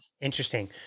Interesting